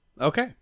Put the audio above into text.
Okay